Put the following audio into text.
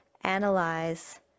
analyze